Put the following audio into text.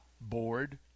Bored